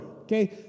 okay